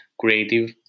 creative